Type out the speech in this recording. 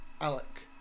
Alec